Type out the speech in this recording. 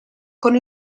con